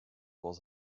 was